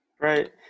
Right